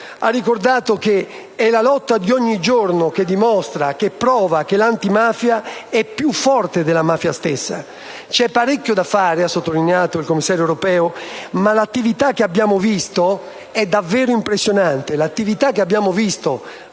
ha ricordato che è la lotta di ogni giorno che mostra e prova che l'antimafia è più forte della mafia stessa. C'è parecchio da fare - ha sottolineato il commissario europeo - ma l'attività che ha visto nelle regioni